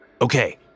Okay